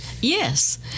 Yes